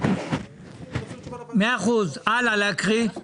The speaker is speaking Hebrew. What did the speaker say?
תמשיכו להקריא.